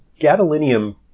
Gadolinium